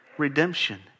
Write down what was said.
redemption